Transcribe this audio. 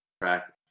track